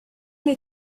les